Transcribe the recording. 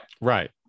Right